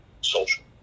social